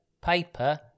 Paper